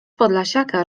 podlasiaka